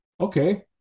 Okay